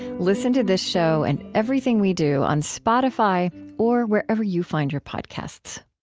listen to this show and everything we do on spotify or wherever you find your podcasts